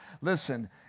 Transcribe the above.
listen